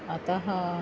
अतः